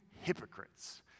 hypocrites